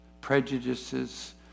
prejudices